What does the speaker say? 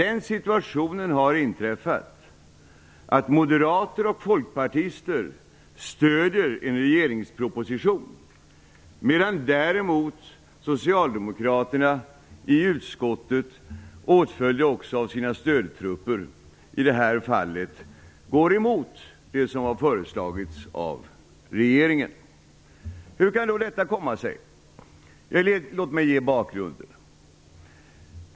Den situationen har inträffat att moderater och folkpartister stödjer en regeringsproposition, medan däremot socialdemokraterna i utskottet åtföljda av sina stödtrupper i det här fallet går emot vad regeringen har föreslagit. Hur kan detta komma sig? Låt mig ge bakgrunden.